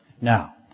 Now